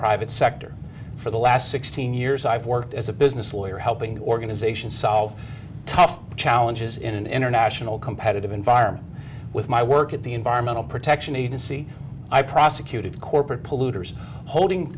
private sector for the last sixteen years i've worked as a business lawyer helping organizations solve tough challenges in an international competitive environment with my work at the environmental protection agency i prosecuted corporate polluters holding